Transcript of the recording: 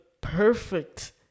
perfect